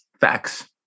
Facts